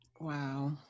Wow